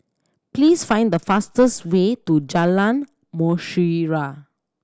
please find the fastest way to Jalan Mutiara